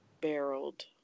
barreled